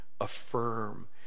affirm